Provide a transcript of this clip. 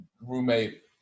roommate